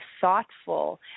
thoughtful